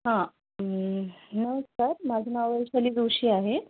हां नमस्कार माझं नाव वैशाली जोशी आहे